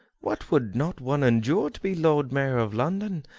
what would not one endure to be lord mayor of london,